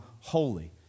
holy